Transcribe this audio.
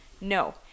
no